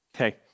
Okay